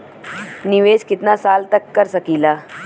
निवेश कितना साल तक कर सकीला?